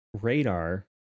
radar